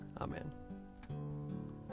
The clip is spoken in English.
Amen